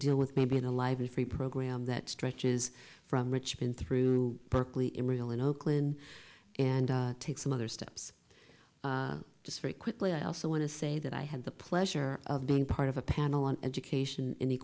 deal with maybe in a lively free program that stretches from richmond through berkeley in real in oakland and take some other steps just very quickly i also want to say that i had the pleasure of being part of a panel on education